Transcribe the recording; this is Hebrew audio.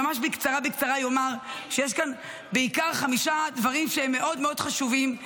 ממש בקצרה אומר שיש כאן בעיקר חמישה דברים שהם מאוד מאוד חשובים.